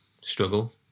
struggle